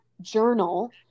journal